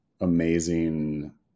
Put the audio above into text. amazing